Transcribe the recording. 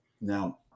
Now